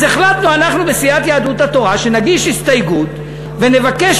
אז החלטנו אנחנו בסיעת יהדות התורה שנגיש הסתייגות ונבקש